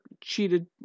cheated